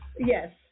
Yes